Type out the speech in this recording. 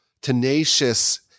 tenacious